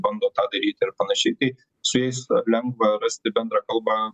bando tą daryti ir panašiai tai su jais lengva rasti bendrą kalbą